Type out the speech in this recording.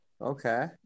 Okay